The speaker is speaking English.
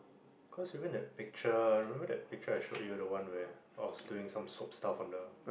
cause remember that picture remember that picture I showed you the one where I was doing some soap stuff on the